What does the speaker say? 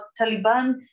Taliban